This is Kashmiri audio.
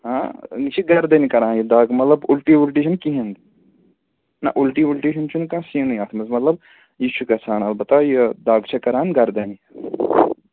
آ یہِ چھِ گَردَنہِ کَران یہِ دَگ مطلب اُلٹی وُلٹی چھِنہٕ کِہیٖنٛۍ نہ اُلٹی وُلٹی ہُنٛد چھُنہٕ کانٛہہ سِینٕے اَتھ منٛز مطلب یہِ چھُ گژھان البتہ یہِ دَگ چھِ کَران گَردَنہِ